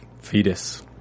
Fetus